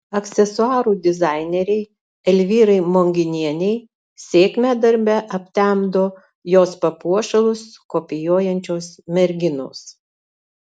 aksesuarų dizainerei elvyrai monginienei sėkmę darbe aptemdo jos papuošalus kopijuojančios merginos